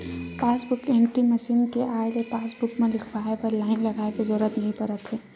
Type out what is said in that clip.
passbook entry machine के आए ले पासबूक म लिखवाए बर लाईन लगाए के जरूरत नइ परत हे